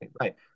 right